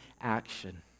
action